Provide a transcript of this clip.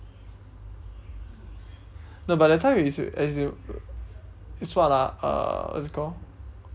no but that time it's as in it's what ah uh what is it called